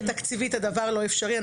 -- נאמר לנו שתקציבית הדבר לא אפשרי.